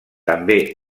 també